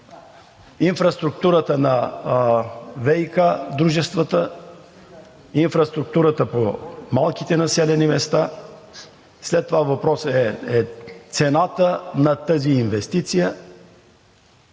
инфраструктурата на ВиК дружествата? Инфраструктурата по малките населени места? След това въпросът е цената на тази инвестиция?